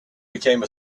became